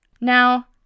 Now